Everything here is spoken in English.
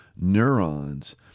neurons